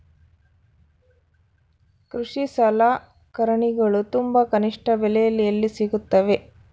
ಕೃಷಿ ಸಲಕರಣಿಗಳು ತುಂಬಾ ಕನಿಷ್ಠ ಬೆಲೆಯಲ್ಲಿ ಎಲ್ಲಿ ಸಿಗುತ್ತವೆ?